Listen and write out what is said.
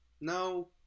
no